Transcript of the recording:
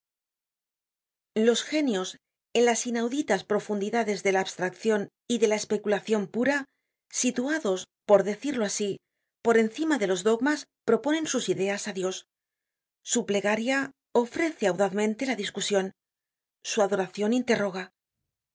los genios en las inauditas profundidades de la abstraccion y de la especulacion pura situados por decirlo asi por encima de los dogmas proponen sus ideas á dios su plegaria ofrece audazmente la discusion su adoracion interroga